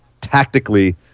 tactically